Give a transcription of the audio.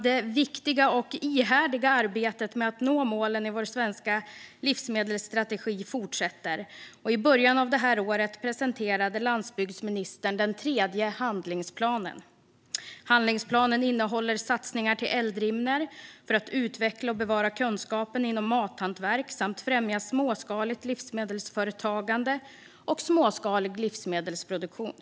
Det viktiga och ihärdiga arbetet med att nå målen i vår svenska livsmedelsstrategi fortsätter, och i början av detta år presenterade landsbygdsministern den tredje handlingsplanen. Handlingsplanen innehåller satsningar på Eldrimner för att utveckla och bevara kunskapen inom mathantverk samt främja småskaligt livsmedelsföretagande och småskalig livsmedelsproduktion.